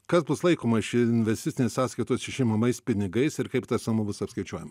kas bus laikoma iš investicinės sąskaitos išimamais pinigais ir kaip ta suma bus apskaičiuojama